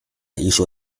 艺术